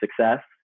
success